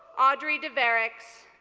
audrey dervarics,